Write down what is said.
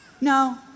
no